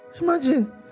Imagine